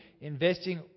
Investing